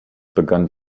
begann